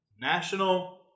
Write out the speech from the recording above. national